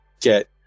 get